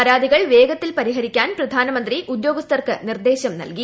പരാതികൾ വേഗത്തിൽ പരിഹരിക്കാൻ പ്രധാനമന്ത്രി ഉദ്യോഗസ്ഥർക്ക് നിർദ്ദേശം നൽകി